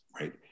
right